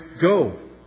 go